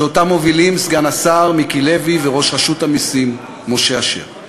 שאותה מובילים סגן השר מיקי לוי וראש רשות המסים משה אשר.